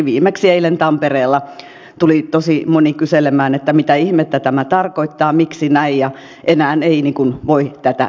viimeksi eilen tampereella tuli tosi moni kyselemään että mitä ihmettä tämä tarkoittaa miksi näin ja että enää ei voi tätä ymmärtää